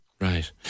Right